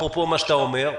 אפרופו מה שאתה אומר.